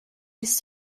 must